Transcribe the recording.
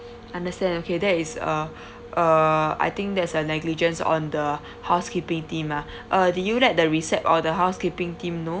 understand okay that is a uh uh I think that's a negligence on the housekeeping team ah uh did you let the recep or the housekeeping team know